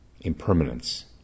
Impermanence